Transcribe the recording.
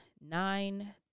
nine